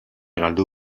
galdu